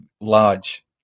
large